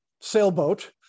sailboat